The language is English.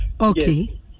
okay